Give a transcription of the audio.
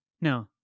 no